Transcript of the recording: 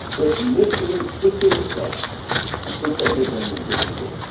it literally puts in the clutch and puts that midbrain in a different gear.